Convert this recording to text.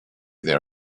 their